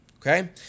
Okay